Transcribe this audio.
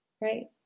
right